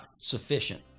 sufficient